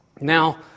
Now